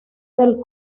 del